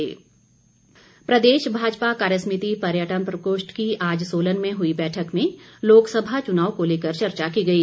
भाजपा प्रदेश भाजपा कार्यसमिति पर्यटन प्रकोष्ठ की आज सोलन में हुई बैठक में लोकसभा चुनाव को लेकर चर्चा की गई